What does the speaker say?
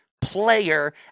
player